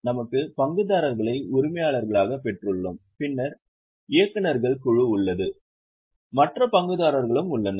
நமக்கு பங்குதாரர்களை உரிமையாளர்களாகப் பெற்றுள்ளோம் பின்னர் இயக்குநர்கள் குழு உள்ளது மற்ற பங்குதாரர்களும் உள்ளனர்